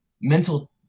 mental